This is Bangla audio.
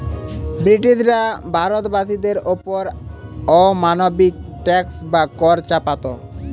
ব্রিটিশরা ভারতবাসীদের ওপর অমানবিক ট্যাক্স বা কর চাপাত